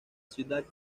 ciudad